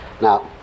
Now